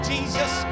Jesus